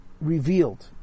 revealed